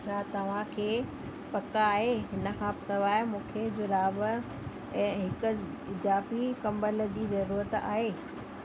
छा तव्हां खे पक आहे हिन खां सवाइ मूंखे जुराब ऐं हिक इज़ाफ़ी कम्बल जी ज़रूरत आहे